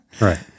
Right